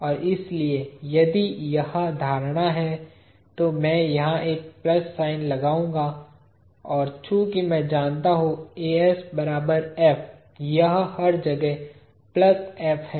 और इसलिए यदि यह धारणा है तो मैं यहां एक प्लस साइन लगाऊंगा और चूंकि मैं जानता हूं यह हर जगह है